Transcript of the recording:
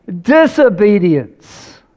disobedience